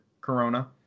Corona